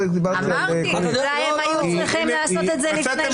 אמרתי שאולי הם היו צריכים לעשות את זה לפני שנה.